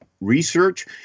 Research